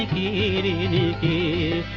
e.